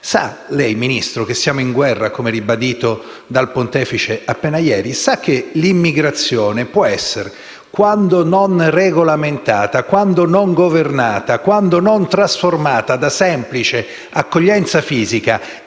sa lei, Ministro, che siamo in guerra, come ribadito dal Pontefice appena ieri? Sa che l'immigrazione può essere, quando non regolamentata, non governata, non trasformata da semplice accoglienza fisica